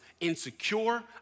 insecure